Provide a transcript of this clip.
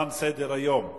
תם סדר-היום.